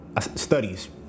studies